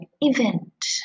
event